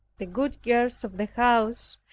the good girls of the house,